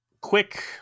Quick